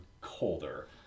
colder